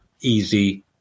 easy